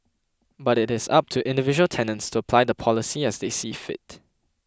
but it is up to individual tenants to apply the policy as they see fit